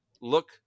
look